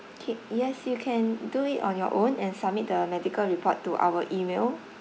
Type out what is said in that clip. K yes you can do it on your own and submit the medical report to our email